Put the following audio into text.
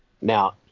Now